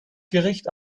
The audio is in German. gericht